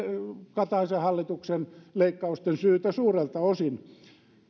kataisen hallituksen leikkausten syytä suurelta osin